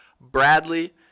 Bradley